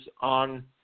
on